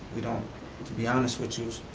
you know to be honest with yous,